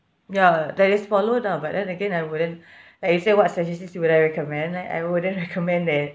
ya that is for loan ah but then again I wouldn't like you say what strategies would I recommend like I wouldn't recommend that